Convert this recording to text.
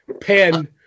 Pen